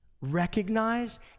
recognize